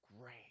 great